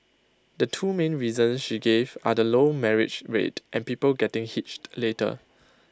the two main reasons she gave are the low marriage rate and people getting hitched later